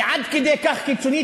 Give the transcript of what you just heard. היא עד כדי כך קיצונית,